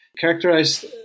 characterized